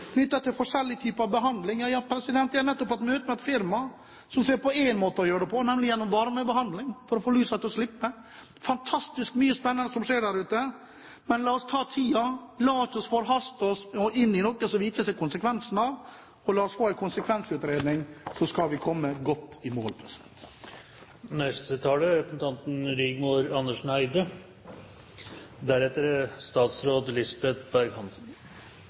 forskjellige typer behandling. Jeg har nettopp hatt møte med et firma som ser på én måte å gjøre det på, nemlig varmebehandling for å få lusa til å slippe. Det er fantastisk mye spennende som skjer der ute. Men la oss ta oss tid, la oss ikke forhaste oss og gå inn i noe som vi ikke ser konsekvensen av. Og la oss få en konsekvensutredning, så skal vi komme godt i mål.